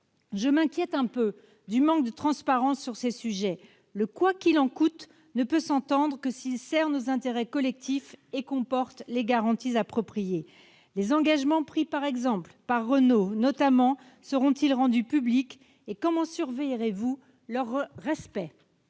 Je m'inquiète un peu du manque de transparence sur ces sujets. Le « quoi qu'il en coûte » ne peut s'entendre que s'il sert nos intérêts collectifs et comporte les garanties appropriées. Les engagements pris, par exemple, par Renault seront-ils rendus publics ? Comment surveillerez-vous leur respect